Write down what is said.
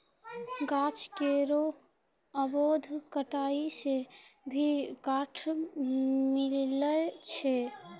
गाछ केरो अवैध कटाई सें भी काठ मिलय छै